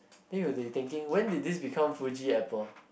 we will be thinking when did these become Fuji apple